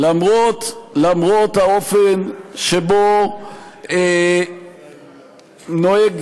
למרות האופן שבו נוהג